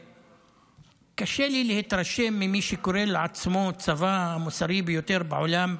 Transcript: קשה לי להתרשם ממי שקורא לעצמו הצבא המוסרי ביותר בעולם,